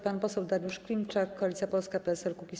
Pan poseł Dariusz Klimczak, Koalicja Polska - PSL - Kukiz15.